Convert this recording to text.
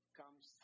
comes